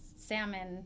salmon